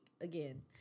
again